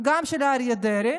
-- גם של אריה דרעי